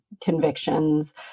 convictions